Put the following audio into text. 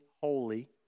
holy